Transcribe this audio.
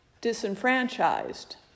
disenfranchised